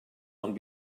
ond